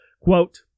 Quote